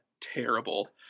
terrible